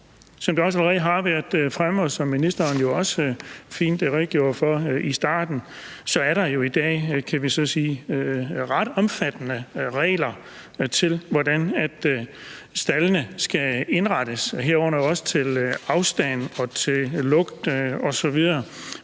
Som det også allerede har været fremme, og som ministeren også fint redegjorde for i starten, er der jo i dag ret omfattende regler for, hvordan staldene skal indrettes, herunder også til afstand og i